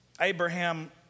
Abraham